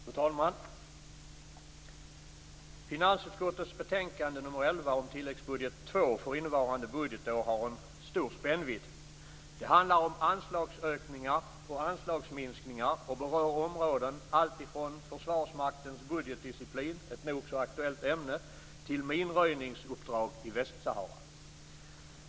Fru talman! Finansutskottets betänkande nr 11 om tilläggsbudget 2 för innevarande budgetår har en stor spännvidd. Det handlar om anslagsökningar och anslagsminskningar och berör områden alltifrån Försvarsmaktens budgetdisciplin, ett nog så aktuellt ämne, till minröjningsuppdrag i Västsahara.